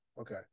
Okay